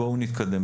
בוא נתקדם.